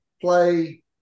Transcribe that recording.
play